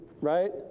right